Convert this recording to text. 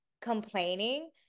complaining